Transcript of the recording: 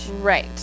Right